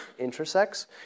intersex